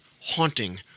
haunting